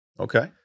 Okay